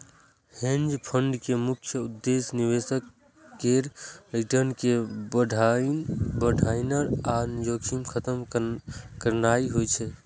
hedge fund के मुख्य उद्देश्य निवेशक केर रिटर्न कें बढ़ेनाइ आ जोखिम खत्म करनाइ होइ छै